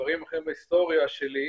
בדברים אחרים בהיסטוריה שלי,